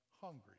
hungry